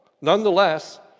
Nonetheless